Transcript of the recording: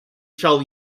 shall